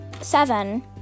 Seven